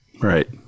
Right